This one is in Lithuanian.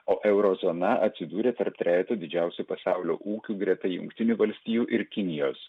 o euro zona atsidūrė tarp trejeto didžiausių pasaulio ūkių greta jungtinių valstijų ir kinijos